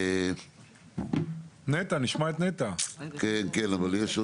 חגי